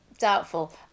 doubtful